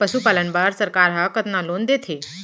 पशुपालन बर सरकार ह कतना लोन देथे?